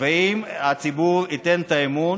ואם הציבור ייתן את האמון,